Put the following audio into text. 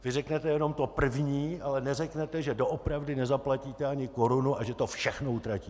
Vy řeknete jenom to první, ale neřeknete, že doopravdy nezaplatíte ani korunu a že to všechno utratíte.